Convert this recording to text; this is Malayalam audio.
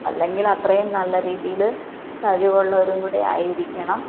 അല്ലെങ്കിൽ അത്രയും നല്ല രീതിയില് കഴിവുള്ളവരും കൂടെ ആയിരിക്കണം